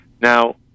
Now